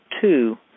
two